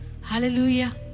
Hallelujah